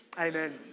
Amen